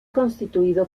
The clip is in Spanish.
constituido